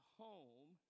home